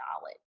knowledge